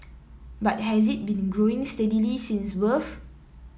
but has it been growing steadily since birth